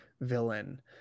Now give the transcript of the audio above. villain